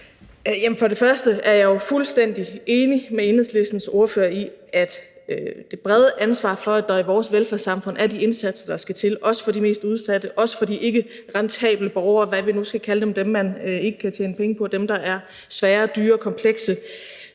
og fremmest er jeg fuldstændig enig med Enhedslistens ordfører i, at det brede ansvar for, at der i vores velfærdssamfund er de indsatser, der skal til, også for de mest udsatte, også for de ikkerentable borgere, hvad vi nu skal kalde dem – dem, man ikke kan tjene penge på, dem, der er svære, dyre, komplekse,